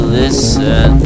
listen